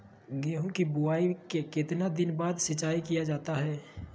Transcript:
गेंहू की बोआई के कितने दिन बाद सिंचाई किया जाता है?